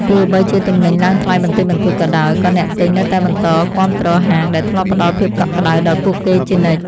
ទោះបីជាទំនិញឡើងថ្លៃបន្តិចបន្តួចក៏ដោយ ក៏អ្នកទិញនៅតែបន្តគាំទ្រហាងដែលធ្លាប់ផ្ដល់ភាពកក់ក្តៅដល់ពួកគេជានិច្ច។